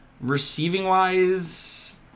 Receiving-wise